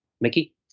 Mickey